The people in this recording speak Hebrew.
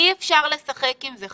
אי אפשר לשחק עם זה.